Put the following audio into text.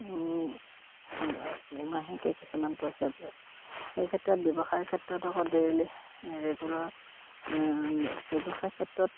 মাহেকে কিছুমান পইচা দিয়ে এই ক্ষেত্ৰত ব্যৱসায়ৰ ক্ষেত্ৰত আকৌ ডেইলী ৰেগুলাৰ ব্যৱসায় ক্ষেত্ৰত